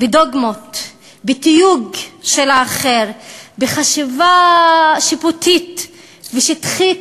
בדוגמות, בתיוג של האחר, בחשיבה שיפוטית ושטחית,